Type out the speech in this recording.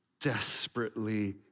desperately